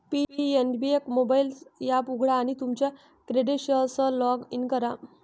PNB एक mobile app उघडा आणि तुमच्या क्रेडेन्शियल्ससह लॉग इन करा